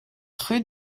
rue